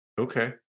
Okay